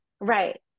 Right